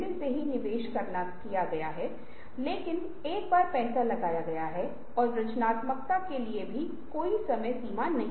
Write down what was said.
आप Congo Bongo चीज़ को देख सकते हैं और आप ठीक कह सकते हैं कि शायद मैं इसे प्यासे और एक और शब्द के साथ जोड़ सकता हूं जो एक तरह की जिंगल फ्रॉस्टी है